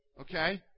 Okay